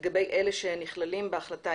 לגבי אלה שנכללים בהחלטה,